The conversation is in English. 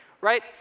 right